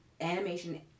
Animation